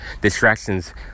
distractions